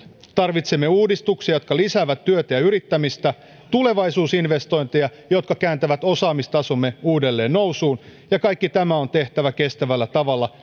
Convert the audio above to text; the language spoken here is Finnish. tarvitsemme uudistuksia jotka lisäävät työtä ja yrittämistä tulevaisuusinvestointeja jotka kääntävät osaamistasomme uudelleen nousuun ja kaikki tämä on tehtävä kestävällä tavalla